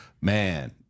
Man